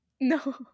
No